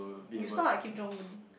you sound like Kim Jong Un